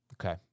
Okay